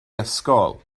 ysgol